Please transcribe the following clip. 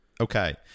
Okay